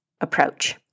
approach